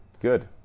Good